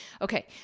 Okay